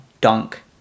Dunk